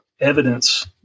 evidence